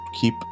keep